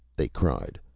they cried.